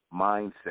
mindset